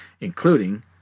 including